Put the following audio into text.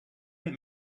and